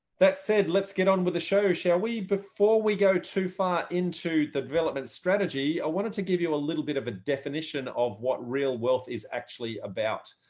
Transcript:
that said, let's get on with the show, shall we? before we go too far into the development strategy, i wanted to give you a little bit of a definition of what real wealth is actually about.